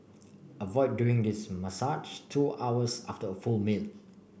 avoid doing this massage two hours after a full meal